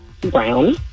Brown